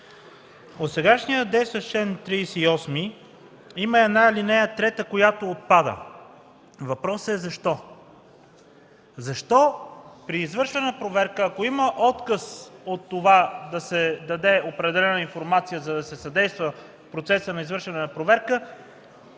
Сегашният, действащ чл. 38 има една ал. 3, която отпада. Въпросът е: защо? Защо при извършване на проверка, ако има отказ да се даде определена информация, за да се съдейства в процеса на извършване на проверката,